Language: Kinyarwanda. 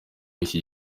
yiki